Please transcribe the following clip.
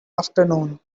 afternoon